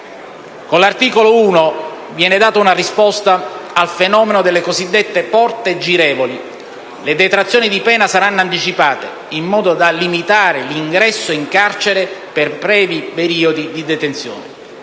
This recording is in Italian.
Con l'articolo 1 viene data una risposta al fenomeno delle cosiddette porte girevoli: le detrazioni di pena saranno anticipate, in modo da limitare l'ingresso in carcere per brevi periodi di detenzione.